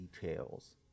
details